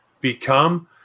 become